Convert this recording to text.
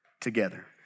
together